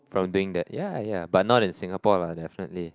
from doing that ya ya but not in Singapore lah definitely